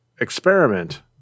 experiment